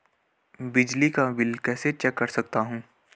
बिजली का बिल कैसे चेक कर सकता हूँ?